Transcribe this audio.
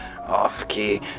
off-key